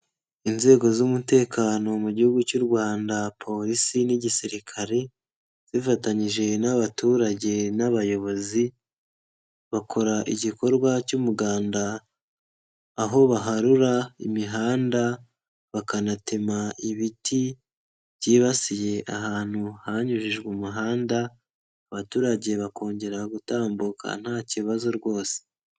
Inzego z'umutekano mu gihugu cy'u Rwanda polisi n'igisirikare zifatanyije n'abaturage n'abayobozi bakora igikorwa cy'umuganda aho baharura imihanda bakanatema ibiti byibasiye ahantu hanyujijwe umuhanda, abaturage bakongera gutambuka nta kibazo rwose.